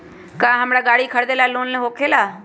का हमरा गारी खरीदेला लोन होकेला?